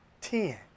ten